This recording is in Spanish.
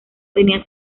tenía